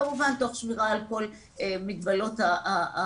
כמובן תוך שמירה על כל מגבלות התקופה,